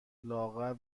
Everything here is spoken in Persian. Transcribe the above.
لاغر